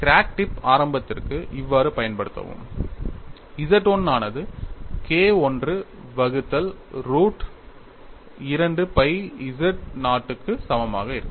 crack tip ஆரம்பத்திற்கு இவ்வாறு பயன்படுத்தவும் Z 1 ஆனது K I வகுத்தல் ரூட் 2 pi z0 க்கு சமமாக இருக்கும்